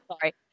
sorry